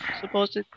supposed